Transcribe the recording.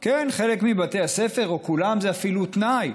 כן, בחלק מבתי הספר, או כולם, זה אפילו תנאי.